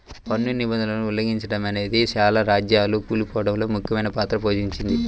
పన్ను నిబంధనలను ఉల్లంఘిచడమనేదే చాలా రాజ్యాలు కూలిపోడంలో ముఖ్యమైన పాత్ర పోషించింది